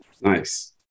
Nice